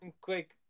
quick